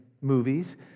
movies